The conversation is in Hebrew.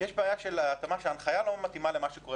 יש בעיה שההנחיה לא מתאימה למה שקורה